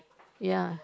ya